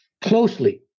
closely